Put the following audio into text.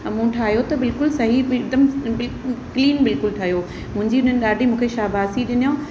मूं ठाहियो त बिल्कुलु सही हिकदमि बिल क्लीन बिल्कुलु ठहियो मुंहिंजी हुननि ॾाढी शाबासी ॾिनऊं